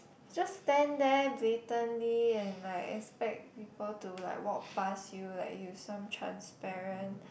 just stand there blatantly and like expect people to like walk past you like you some transparent